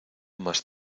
más